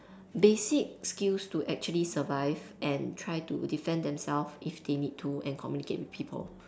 basic skills to actually survive and try to defend themselves if they need to and communicate with people